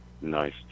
nice